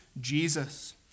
Jesus